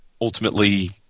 ultimately